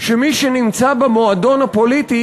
שמי שנמצא במועדון הפוליטי,